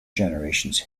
generations